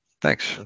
thanks